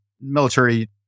military